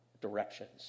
directions